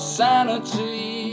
sanity